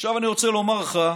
אני רוצה לומר לך,